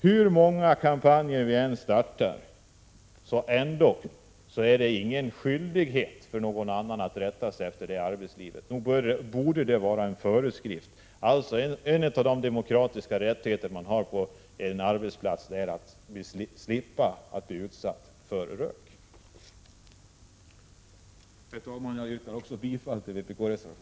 Hur många kampanjer vi än startar är det ingen skyldighet för någon i arbetslivet att rätta sig efter dem. Det borde väl ändå vara en föreskrift. En av de demokratiska rättigheter man har på en arbetsplats är att slippa bli utsatt för rök. Herr talman! Jag yrkar bifall till vpk-reservationerna.